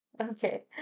Okay